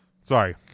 Sorry